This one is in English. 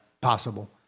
possible